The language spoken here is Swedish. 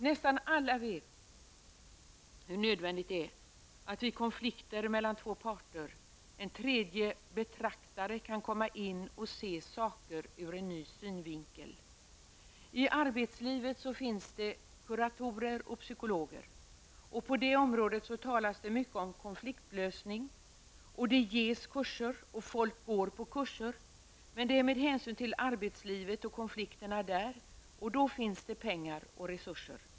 Nästan alla vet hur nödvändigt det är att vid konflikter mellan två parter en tredje betraktare kan komma in och se saker ur en ny synvinkel. I arbetslivet finns det kuratorer och psykologer. På det området talas det mycket om konfliktlösning, det ges kurser och människor går på kurser. Men detta sker med hänsyn till arbetslivet och konflikterna där, och då finns det pengar och resurser.